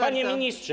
Panie Ministrze!